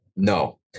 No